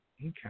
Okay